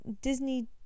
Disney